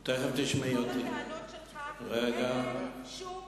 כל הטענות שלך, אין להן שום כל קשר לרפורמה.